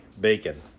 bacon